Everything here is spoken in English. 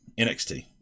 NXT